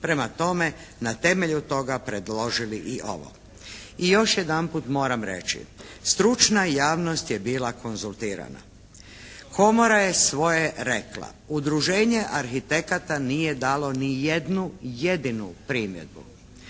prema tome na temelju toga predložili i ovo. I još jedanput moram reći, stručna javnost je bila konzultirana. Komora je svoje rekla. Udruženje arhitekata nije dalo ni jednu jedinu primjedbu.